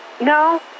No